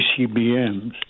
ICBMs